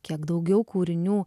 kiek daugiau kūrinių